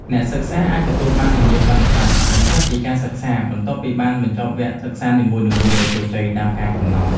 អ្នកសិក្សាអាចទទួលបានវិញ្ញាបនបត្របញ្ជាក់ការសិក្សាបន្ទាប់ពីបានបញ្ចប់វគ្គសិក្សានីមួយៗដោយជោគជ័យតាមការកំណត់។